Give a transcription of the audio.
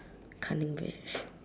cunning bitch